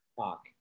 talk